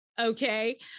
okay